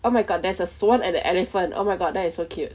oh my god there's a swan and a elephant oh my god that is so cute